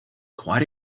quite